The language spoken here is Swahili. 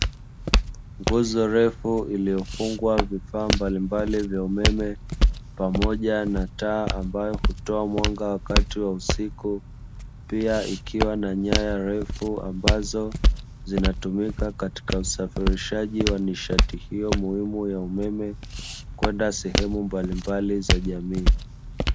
Nguzo refu iliyofungwa vifaa mbali mbali vya umeme pamoja na taa ambazo hutoa mwanga nyakati za usiku pia ikiwa na nyaya ndefu ambazo zinatumika katika usafirishaji wa nishati hiyo muhimu ya umeme kwenda sehemu mbali mbali za jamii.